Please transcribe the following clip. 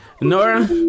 Nora